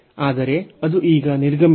ಆದರೆ ಅದು ಈಗ ನಿರ್ಗಮಿಸುತ್ತದೆ